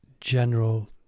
general